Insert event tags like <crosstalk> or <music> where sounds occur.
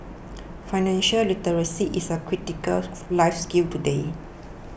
financial literacy is a critical <noise> life skill today